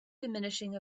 diminishing